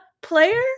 player